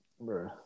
Bro